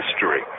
history